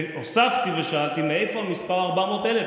והוספתי ושאלתי מאיפה המספר 400,000,